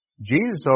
Jesus